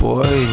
Boy